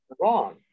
wrong